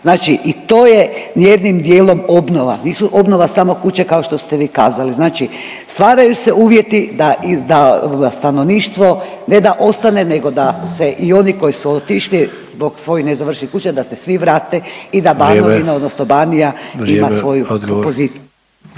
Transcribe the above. Znači i to je jednim dijelom obnova. Nisu obnova samo kuće kao što ste vi kazali. Znači stvaraju se uvjeti da i da stanovništvo ne da ostane nego da se i oni koji su otišli zbog svojih nezavršenih kuća da se svi vrate i da Banovina …/Upadica: Vrijeme./…